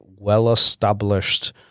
well-established